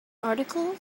article